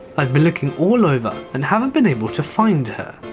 i've been looking all over and haven't been able to find her.